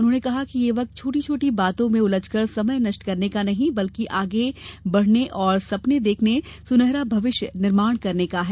उन्होने कहा कि ये वक्त छोटी छोटी बातों में उलझ कर समय नष्ट करने का नहीं बल्कि आगे देखने और सुनहरा भविष्य निर्माण करने का है